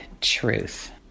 truth